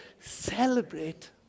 Celebrate